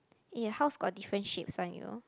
eh your house got different shapes one you know